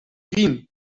riem